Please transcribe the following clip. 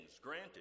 granted